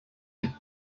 him